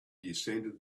descended